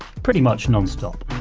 pretty much nonstop